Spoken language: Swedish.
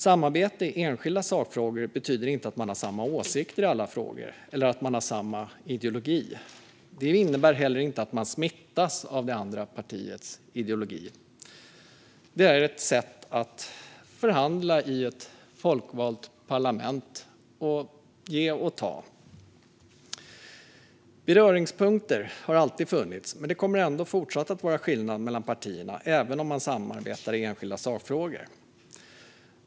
Samarbete i enskilda sakfrågor betyder inte att man har samma åsikter i alla frågor eller att man har samma ideologi. Det innebär heller inte att man smittas av det andra partiets ideologi. Det är ett sätt att förhandla i ett folkvalt parlament och att ge och ta. Beröringspunkter har alltid funnits, men det kommer ändå fortsatt att vara skillnad mellan partierna även om man samarbetar i enskilda sakfrågor.